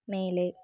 மேலே